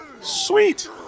Sweet